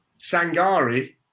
Sangari